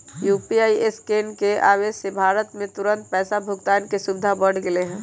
UPI scan के आवे से भारत में तुरंत पैसा भुगतान के सुविधा बढ़ गैले है